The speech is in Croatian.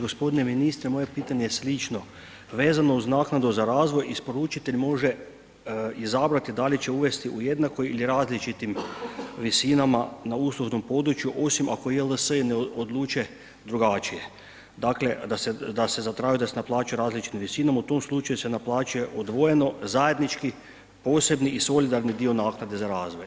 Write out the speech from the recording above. G. moje pitanje je slično vezano uz naknadu za razvoj, isporučitelj može izabrati da li će uvesti u jednakim ili različitim visinama na uslužnom području osim ako JLS-i ne odluče drugačije, dakle da zatraži da se naplaćuje u različitim visinama, u tom slučaju se naplaćuje odvojeno, zajednički, posebni u solidarni dio naknade za razvoj.